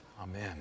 Amen